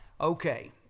Okay